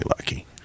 lucky